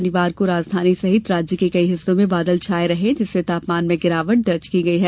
शनिवार को राजधानी सहित राज्य के कई हिस्सों में बादल छाये रहे जिससे तापमान में गिरावट दर्ज की गई है